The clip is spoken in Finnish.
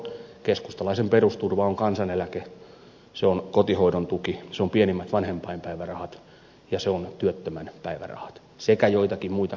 keskustalaisen perusturva on kansaneläke se on kotihoidon tuki se on pienimmät vanhempainpäivärahat ja se on työttömän päivärahat sekä joitakin muita kelan etuuksia